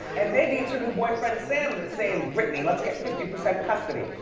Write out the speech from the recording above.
and maybe it's her new boyfriend, sam, that's sayin' britney, let's get fifty percent custody,